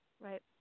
Right